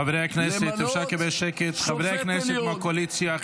חברי הכנסת מהקואליציה.